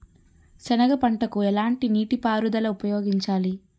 సెనగ పంటకు ఎలాంటి నీటిపారుదల ఉపయోగించాలి?